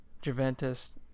juventus